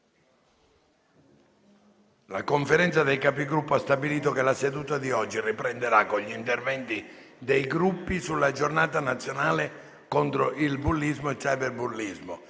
La Conferenza dei Capigruppo ha stabilito che la seduta di oggi riprenderà con gli interventi dei Gruppi sulla Giornata nazionale contro il bullismo e il cyberbullismo.